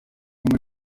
muri